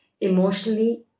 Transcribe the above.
emotionally